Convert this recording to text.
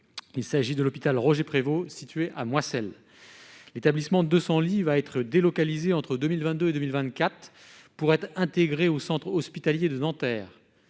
il s'agit de l'hôpital Roger Prévôt située à moi celle l'établissement 200 lit va être délocalisée, entre 2000 22 et 2024 pour être intégré au centre hospitalier de Nanterre